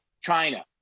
China